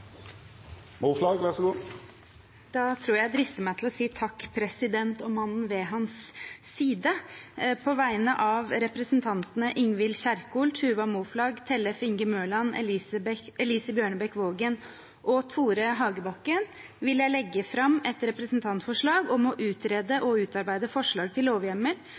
Moflag vil leggja fram eit representantforslag. På vegne av representantene Ingvild Kjerkol, Tuva Moflag, Tellef Inge Mørland, Elise Bjørnebekk-Waagen og Tore Hagebakken vil jeg legge fram et representantforslag om å utrede og utarbeide forslag til lovhjemmel